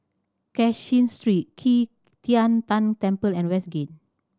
Cashin Street Qi Tian Tan Temple and Westgate